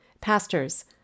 Pastors